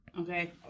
Okay